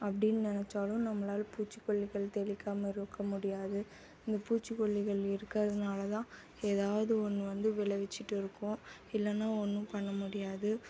அப்படின்னு நினச்சாலும் நம்மளால் பூச்சிக்கொல்லிகள் தெளிக்காமல் இருக்க முடியாது இந்த பூச்சிக்கொல்லிகள் இருக்கிறதுனால தான் ஏதாவது ஒன்று வந்து விளைவிச்சுட்டு இருக்கும் இல்லைன்னா ஒன்றும் பண்ண முடியாது